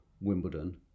Wimbledon